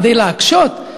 כדי להקשות?